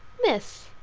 miss,